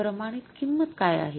प्रमाणित किंमत काय आहे